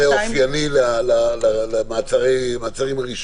מתי --- שזה אופייני למעצרים ראשוניים.